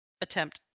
Attempt